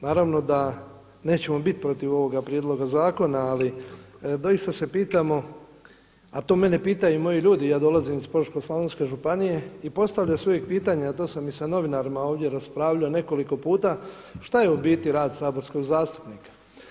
Naravno da nećemo biti protiv ovoga prijedloga zakona ali doista se pitamo a to mene pitaju i moji ljudi, ja dolazim iz Požesko-slavonske županije i postavlja se uvijek pitanje a to sam i sa novinarima ovdje raspravljao nekoliko puta šta je u biti rad saborskog zastupnika.